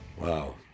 Wow